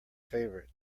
favorite